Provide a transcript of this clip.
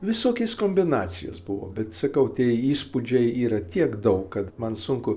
visokias kombinacijos buvo bet sakau tie įspūdžiai yra tiek daug kad man sunku